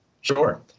Sure